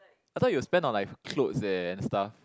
I thought you spend on like clothes eh and stuff